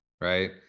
Right